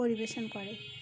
পরিবেশন করে